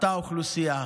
אותה אוכלוסייה,